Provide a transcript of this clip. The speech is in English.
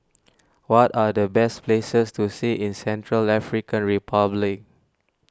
what are the best places to see in Central African Republic